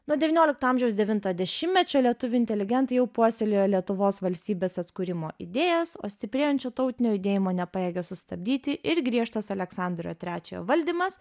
nuo devyniolikto amžiaus devintojo dešimtmečio lietuvių inteligentai jau puoselėjo lietuvos valstybės atkūrimo idėjas o stiprėjančio tautinio judėjimo nepajėgė sustabdyti ir griežtas aleksandro trečiojo valdymas